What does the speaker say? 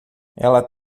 ela